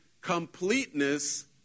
completeness